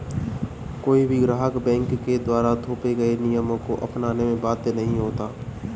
कोई भी ग्राहक बैंक के द्वारा थोपे गये नियमों को अपनाने में बाध्य नहीं होता